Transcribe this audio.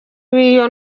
w’iyo